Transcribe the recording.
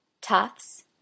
Tufts